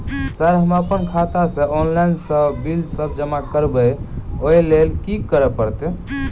Sir हम अप्पन खाता सऽ ऑनलाइन सऽ बिल सब जमा करबैई ओई लैल की करऽ परतै?